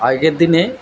আগের দিনে